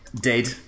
dead